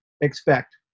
expect